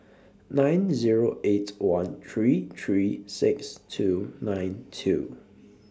nine Zero eight one three three six two nine two